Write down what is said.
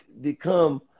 become